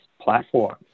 platform